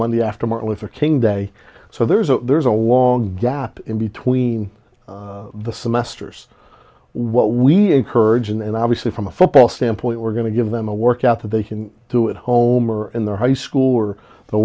monday after martin luther king day so there's a there's a long gap in between the semesters what we encourage and obviously from a football standpoint we're going to give them a workout that they can do at home or in their high school or the